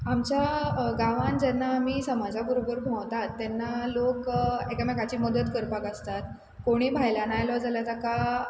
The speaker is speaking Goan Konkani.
आमच्या गांवान जेन्ना आमी समाजा बरोबर भोंवतात तेन्ना लोक एकामेकाची मदत करपाक आसतात कोणीय भायल्यान आयलो जाल्यार ताका